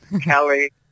Kelly